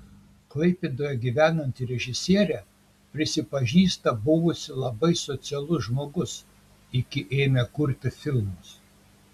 klaipėdoje gyvenanti režisierė prisipažįsta buvusi labai socialus žmogus iki ėmė kurti filmus